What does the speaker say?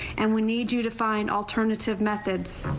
and we need you to find alternative methods.